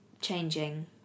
changing